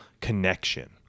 connection